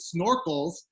snorkels